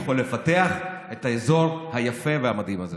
ולפתח את האזור היפה והמדהים הזה.